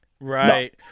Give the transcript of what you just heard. Right